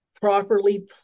properly